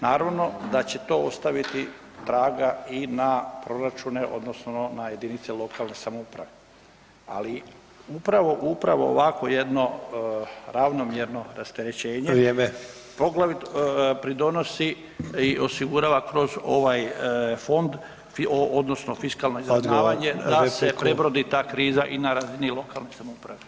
Naravno da će to ostaviti traga i na proračune odnosno na jedinice lokalne samouprave ali upravo ovakvo jedno ravnomjerno rasterećenje [[Upadica Sanader: Vrijeme.]] poglavito pridonosi i osigurava kroz ovaj fond odnosno fiskalno izravnavanje da se prebrodi ta kriza i na razini lokalne samouprave.